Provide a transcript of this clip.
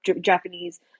Japanese